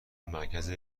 مرکز